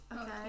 Okay